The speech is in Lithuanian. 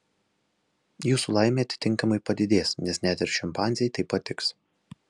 jūsų laimė atitinkamai padidės nes net ir šimpanzei tai patiks